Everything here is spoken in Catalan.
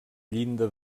llinda